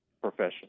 profession